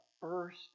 first